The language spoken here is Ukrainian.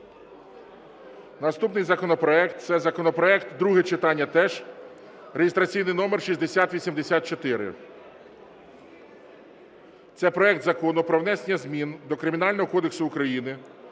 наступний законопроект – це законопроект, друге читання теж, реєстраційний номер 6084. Це проект Закону про внесення змін до Кримінального кодексу України